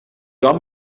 hom